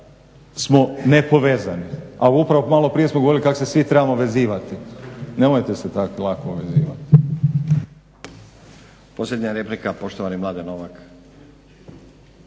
smo nepovezani, a upravo malo prije smo govorili kako se svi moramo vezivati. Nemojte se tako lako vezivati.